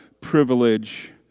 privilege